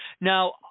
Now